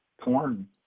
corn